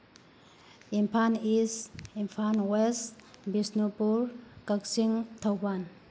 Imphal is Imphal was Bishnupur Kakching Thoubal